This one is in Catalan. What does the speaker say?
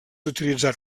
utilitzat